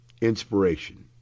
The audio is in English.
inspiration